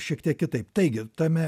šiek tiek kitaip taigi tame